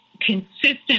consistent